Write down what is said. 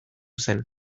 zen